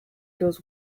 goes